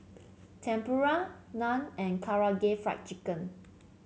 Tempura Naan and Karaage Fried Chicken